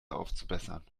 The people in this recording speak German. aufzubessern